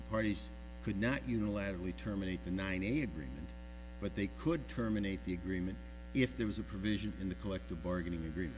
the parties could not unilaterally terminate the ninety eight but they could terminate the agreement if there was a provision in the collective bargaining agree